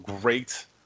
great